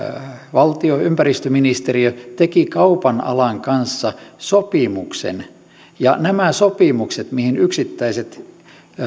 valtio ympäristöministeriö teki kaupan alan kanssa sopimuksen ja nämä sopimukset mihin yksittäiset